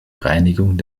reinigung